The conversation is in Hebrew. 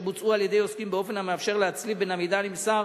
בוצעו על-ידי עוסקים באופן המאפשר להצליב בין המידע הנמסר